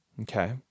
Okay